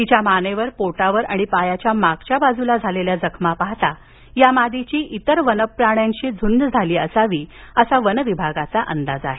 तिच्या मानेवर पोटावर आणि पायाच्या मागच्या बाजूला झालेल्या जखमा पाहता या मादीची इतर वन्यप्राण्यांशी झूंज झाली असावी असा वनविभागाचा अंदाज आहे